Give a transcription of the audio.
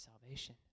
salvation